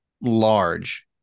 large